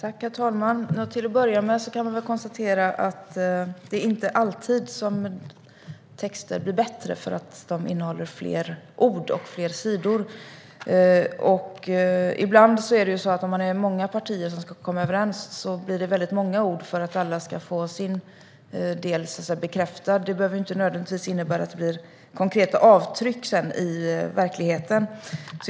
Herr talman! Till att börja med kan vi konstatera att texter inte alltid blir bättre bara för att de innehåller fler ord och fler sidor. Ibland är det så att om man är många partier som ska komma överens blir det väldigt många ord för att alla ska få sin del bekräftad. Det behöver inte nödvändigtvis innebära att det sedan blir konkreta avtryck i verkligheten.